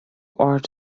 art